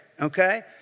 okay